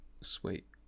Sweet